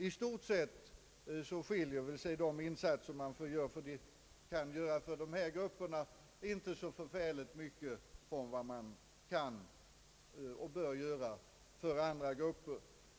I stort sett skiljer sig de insatser man kan göra för dessa grupper inte så mycket från vad man kan och bör göra för andra grupper.